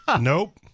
Nope